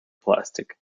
plastic